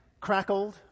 crackled